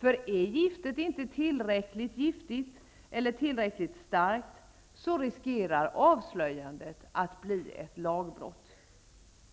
Är giftet inte tillräckligt starkt, riskerar avslöjandet att bli ett lagbrott.